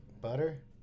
Butter